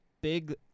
big